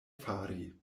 fari